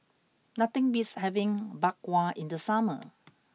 nothing beats having Bak Kwa in the summer